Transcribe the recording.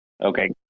Okay